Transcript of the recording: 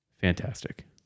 Fantastic